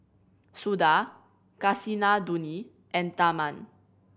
Suda Kasinadhuni and Tharman